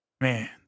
man